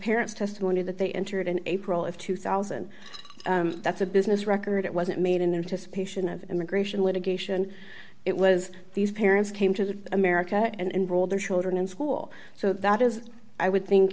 parents testimony that they entered in april of two thousand that's a business record it wasn't made in and just patient of immigration litigation it was these parents came to america and rolled their children in school so that is i would think